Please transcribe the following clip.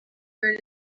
your